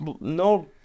no